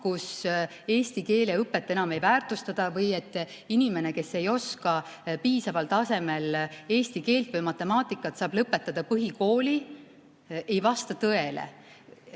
kus eesti keele õpet enam ei väärtustata või et inimene, kes ei oska piisaval tasemel eesti keelt või matemaatikat, saab lõpetada põhikooli, ei vasta tõele.